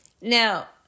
Now